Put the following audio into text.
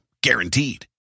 Guaranteed